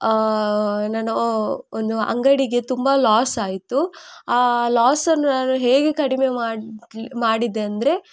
ನಾನು ಒಂದು ಅಂಗಡಿಗೆ ತುಂಬ ಲಾಸಾಯಿತು ಆ ಲಾಸನ್ನು ನಾನು ಹೇಗೆ ಕಡಿಮೆ ಮಾಡ್ಲಿ ಮಾಡಿದೆ ಅಂದರೆ